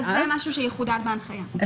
אז זה משהו שיחודד בהנחיה.